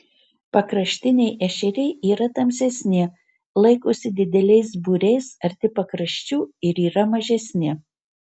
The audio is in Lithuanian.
pakraštiniai ešeriai yra tamsesni laikosi dideliais būriais arti pakraščių ir yra mažesni